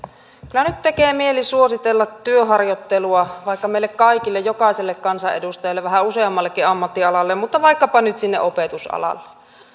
kyllä nyt tekee mieli suositella työharjoittelua vaikka meille kaikille jokaiselle kansanedustajalle vähän useammallekin ammattialalle mutta vaikkapa nyt sinne opetusalalle